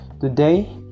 Today